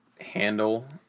handle